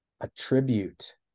attribute